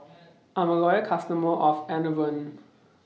I'm A Loyal customer of Enervon